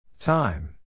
Time